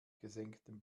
gesenktem